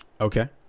Okay